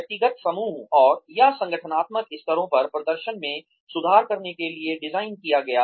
व्यक्तिगत समूह और या संगठनात्मक स्तरों पर प्रदर्शन में सुधार करने के लिए डिज़ाइन किया गया